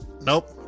nope